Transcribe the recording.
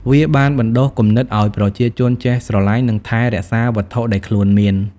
វាបានបណ្ដុះគំនិតឲ្យប្រជាជនចេះស្រលាញ់ និងថែរក្សាវត្ថុដែលខ្លួនមាន។